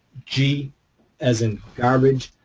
g as in garbage,